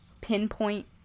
pinpoint